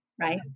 right